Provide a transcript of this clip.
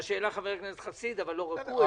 מה שהעלה חבר הכנסת חסיד אבל לא רק הוא.